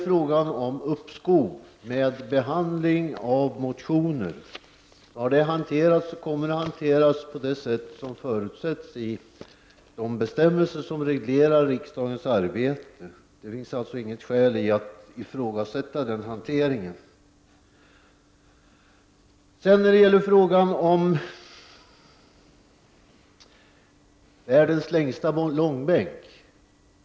Frågan om uppskov med behandlingen av motioner har hanterats och kommer att hanteras på det sätt som förutsätts i de bestämmelser som reglerar riksdagens arbete. Det finns alltså inget skäl att ifrågasätta denna hantering. Jag kan delvis hålla med om det som sades om världens längsta långbänk.